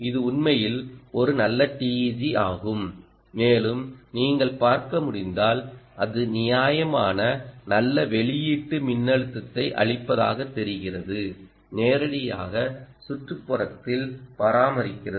இது உண்மையில் ஒரு நல்ல TEG ஆகும் மேலும் நீங்கள் பார்க்க முடிந்தால் அது நியாயமான நல்ல வெளியீட்டு மின்னழுத்தத்தை அளிப்பதாகத் தெரிகிறது நேரடியாக சுற்றுப்புறத்தில் பராமரிக்கிறது